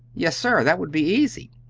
yes, sir, that would be easy.